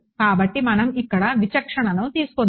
కాబట్టి మనం ఇక్కడ వీక్షణను తీసుకుందాం